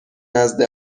نزد